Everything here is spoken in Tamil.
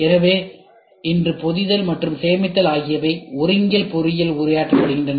எனவே இன்று பொதிதல் மற்றும் சேமித்தல் ஆகியவை ஒருங்கியல் பொறியியலில் உரையாற்றப்படுகின்றன